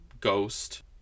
ghost